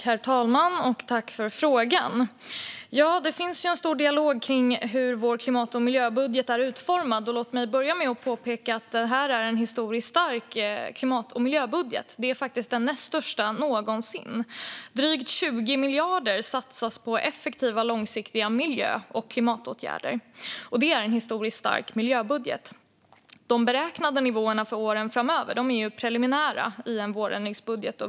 Herr talman! Jag tackar för frågan. Det finns en stor dialog om hur vår klimat och miljöbudget är utformad. Låt mig börja med att påpeka att det är en historiskt stark klimat och miljöbudget. Det är den näst största någonsin. Det satsas drygt 20 miljarder på effektiva och långsiktiga miljö och klimatåtgärder. Det är en historiskt stark miljöbudget. De beräknade nivåerna för åren framöver är preliminära i en vårändringsbudget.